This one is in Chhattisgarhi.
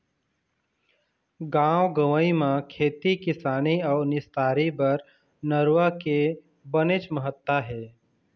गाँव गंवई म खेती किसानी अउ निस्तारी बर नरूवा के बनेच महत्ता हे